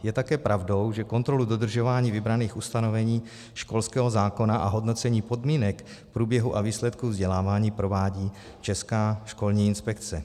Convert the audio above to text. Je také pravdou, že kontrolu dodržování vybraných ustanovení školského zákona a hodnocení podmínek, průběhu a výsledku vzdělávání provádí Česká školní inspekce.